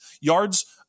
yards